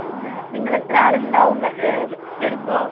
പിന്നെ നിങ്ങൾ എത്ര ആളുണ്ടാവും വരുമ്പോൾ